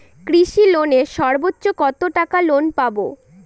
কৃষি লোনে সর্বোচ্চ কত টাকা লোন পাবো?